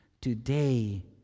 today